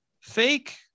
fake